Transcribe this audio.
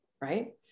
right